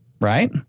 right